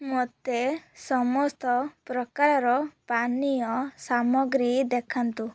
ମୋତେ ସମସ୍ତ ପ୍ରକାରର ପାନୀୟ ସାମଗ୍ରୀ ଦେଖାନ୍ତୁ